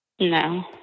No